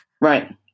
Right